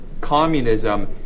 communism